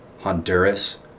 Honduras